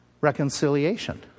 reconciliation